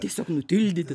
tiesiog nutildyti